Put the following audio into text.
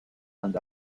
and